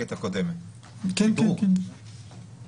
בחלק מהדיונים גם צירפנו את ארגוני הנשים